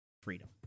freedom